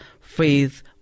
faith